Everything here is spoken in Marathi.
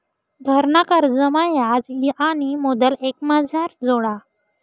घरना कर्जमा याज आणि मुदल एकमाझार जोडा